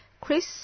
Chris